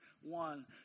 one